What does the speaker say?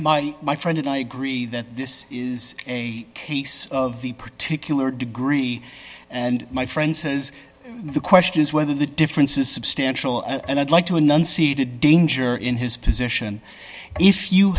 my my friend and i agree that this is a case of the particular degree and my friend says the question is whether the difference is substantial and i'd like to enunciate a danger in his position if you